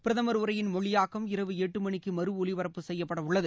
பிரதமர் உரையின் மொழியாக்கம் இரவு எட்டு மணிக்கு மறு ஒலிபரப்பு செய்யப்படவுள்ளது